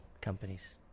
companies